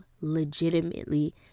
legitimately